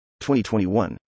2021